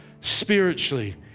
spiritually